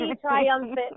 Triumphant